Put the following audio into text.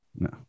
no